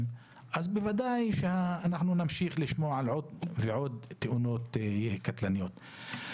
אז בוודאי נמשיך לשמוע על עוד ועוד תאונות קטלניות.